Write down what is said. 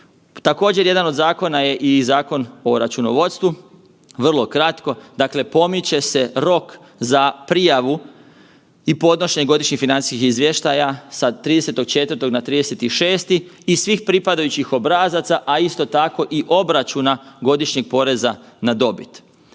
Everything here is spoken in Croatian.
Također jedan od zakona je i Zakon o računovodstvu, vrlo kratko. Dakle, pomiče se rok za prijavu i podnošenje godišnjih financijskih izvještaja sa 30.4. na 30.6. i svih pripadajućih obrazaca, a isto tako i obračuna godišnjeg poreza na dobit.